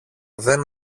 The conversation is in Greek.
δεν